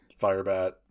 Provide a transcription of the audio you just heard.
Firebat